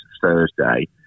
Thursday